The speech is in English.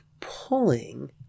pulling